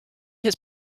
his